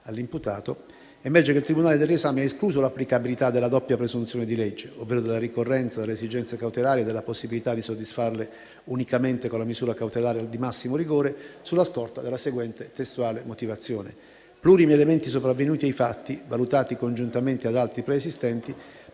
all'imputato) ha escluso l'applicabilità della doppia presunzione di legge, ovvero della ricorrenza delle esigenze cautelari e della possibilità di soddisfarle unicamente con la misura cautelare di massimo rigore, sulla scorta della seguente testuale motivazione: plurimi elementi sopravvenuti ai fatti, valutati congiuntamente ad altri preesistenti,